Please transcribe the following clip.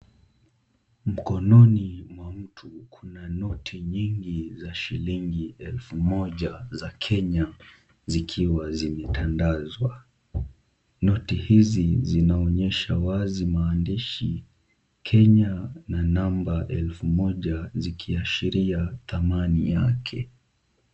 Mkononi mwa mtu kuna noti nyingi za shillingi elfu moja za Kenya zikiwa zimetandazwa, noti hizi zinaonyesha wazi maandishi Kenya na nambari elfu moja zikiashiria thamani yake.